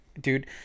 dude